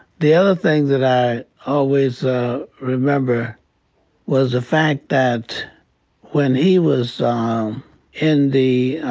the other thing that i always ah remember was the fact that when he was um in the